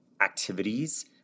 activities